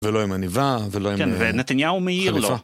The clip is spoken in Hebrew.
ולא עם עניבה, ולא עם חליפה. כן, ונתניהו מעיר לו.